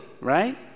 right